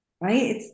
right